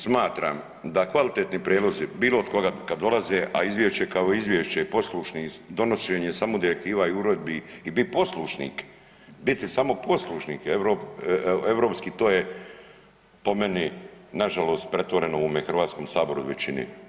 Smatram da kvalitetni prijedlozi bilo od koga da dolaze, a izvješće kao izvješće poslušni donošenje samo direktiva i uredbi i bit poslušnik, biti samo poslušnik europski to je po meni nažalost pretvoreno u ovome HS i većini.